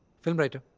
film writer.